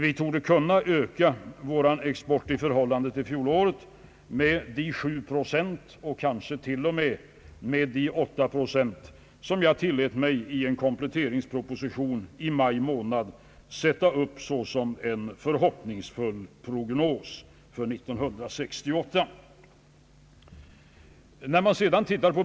Vi torde kunna öka vår export i förhållande till fjolåret med de 7 procent, kanske till och med 8, som jag i en kompletteringsproposition i maj månad tillät mig sätta upp såsom en förhoppningsfull prognos för 1968.